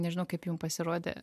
nežinau kaip jum pasirodė